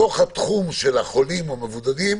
בתוך התחום של החולים המבודדים,